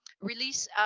release